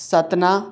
Satna